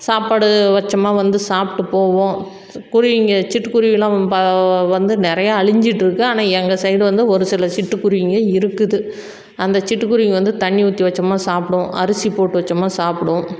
சாப்பாடு வெச்சோமா வந்து சாப்பிட்டு போகும் குருவிங்கள் சிட்டு குருவிலாம் வந்து நிறையா அழிஞ்சிட்டுருக்கு ஆனால் எங்கள் சைடு வந்து ஒரு சில சிட்டு குருவிங்கள் இருக்குது அந்த சிட்டு குருவிங்கள் வந்து தண்ணி ஊற்றி வைச்சோம்னா சாப்பிடும் அரிசி போட்டு வைச்சோம்னா சாப்பிடும்